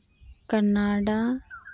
Canada